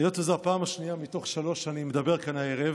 היות שזו הפעם השנייה מתוך שלוש שאני מדבר כאן הערב,